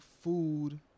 food